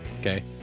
Okay